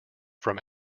from